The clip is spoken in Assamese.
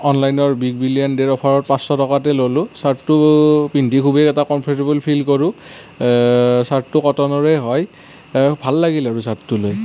অনলাইনৰ বিগ বিলিয়ন ডে'ৰ অফাৰত পাঁচশ টকাতে ললোঁ ছাৰ্টটো পিন্ধি খুবেই এটা কমফৰ্টেৱল ফিল কৰোঁ ছাৰ্টটো কটনৰে হয় ভাল লাগিল আৰু ছাৰ্টটো লৈ